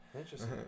interesting